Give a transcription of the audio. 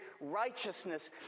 righteousness